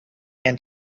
and